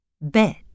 Bet